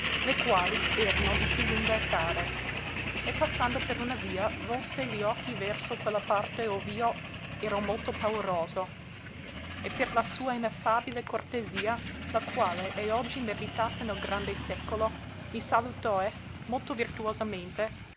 le quali erano di più lunga etade e passando per una via volse li occhi verso quella parte ov'io era molto pauroso e per la sua ineffabile cortesia la quale è oggi meritata nel grande secolo mi salutoe molto virtuosamente